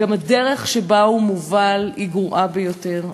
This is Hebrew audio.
גם הדרך שבה הוא מובל היא גרועה ביותר.